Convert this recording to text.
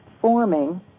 forming